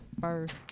first